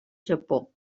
japó